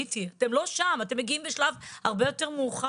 אתם מגיעים בשלב הרבה יותר מאוחר.